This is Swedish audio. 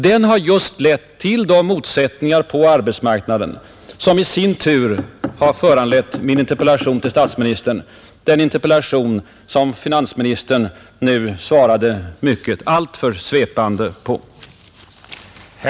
Det har lett till just de motsättningar på arbetsmarknaden som i sin tur har föranlett min interpellation till statsministern, den interpellation som finansministern nu svarade alltför svepande på.